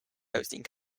hosting